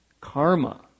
Karma